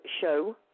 Show